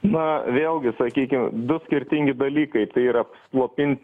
na vėlgi sakykim du skirtingi dalykai tai yra slopint